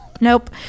nope